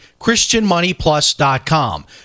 christianmoneyplus.com